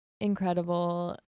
incredible